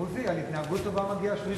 עוזי, על התנהגות טובה מגיע שליש קיצור.